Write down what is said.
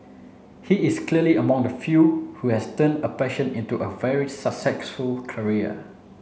he is clearly among the few who has turned a passion into a very successful career